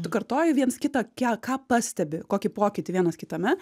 tu kartoji viens kitą kią ką pastebi kokį pokytį vienas kitame